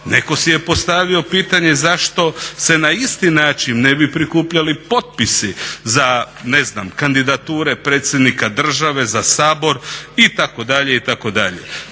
Netko si je postavio pitanje zašto se na isti način ne bi prikupljali potpisi za kandidature predsjednika države, za Sabor itd. Ja